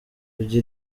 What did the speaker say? kuri